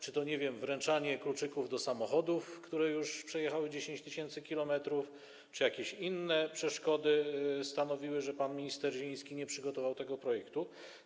Czy to, nie wiem, wręczanie kluczyków do samochodów, które już przejechały 10 tys. km, czy jakieś inne przeszkody sprawiły, że pan minister Zieliński nie przygotował tego projektu?